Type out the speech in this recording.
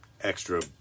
extra